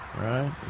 right